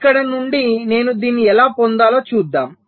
ఇక్కడ నుండి నేను దీన్ని ఎలా పొందాలో చూద్దాం